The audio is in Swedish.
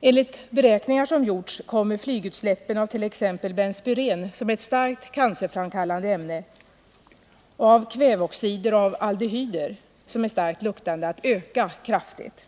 Enligt beräkningar som gjorts kommer flygutsläppen av t.ex. benspyren, som är ett starkt cancerframkallande ämne, av kväveoxider och av aldehyder, som är starkt luktande, att öka kraftigt.